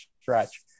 stretch